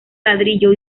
ladrillo